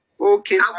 Okay